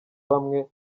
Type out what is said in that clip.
bamwe